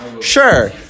sure